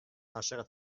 عاشقت